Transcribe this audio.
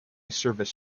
service